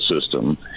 system